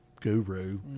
guru